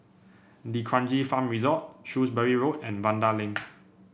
D'Kranji Farm Resort Shrewsbury Road and Vanda Link